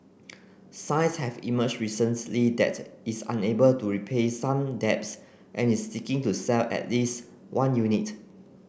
signs have emerged recently that it's unable to repay some debts and is seeking to sell at least one unit